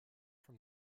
from